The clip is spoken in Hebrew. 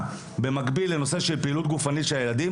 במקביל לנושא פעילות גופנית של הילדים,